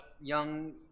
young